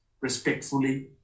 respectfully